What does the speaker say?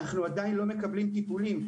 אנחנו עדיין לא מקבלים טיפולים.